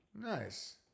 Nice